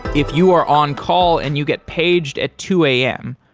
if you are on-call and you get paged at two am,